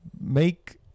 make